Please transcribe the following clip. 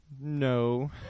no